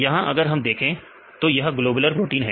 यहां अगर हम देखें तो यह ग्लोबलर प्रोटीन है